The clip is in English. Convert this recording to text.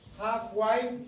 Halfway